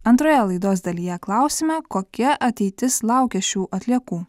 antroje laidos dalyje klausiame kokia ateitis laukia šių atliekų